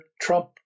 Trump